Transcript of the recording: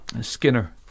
Skinner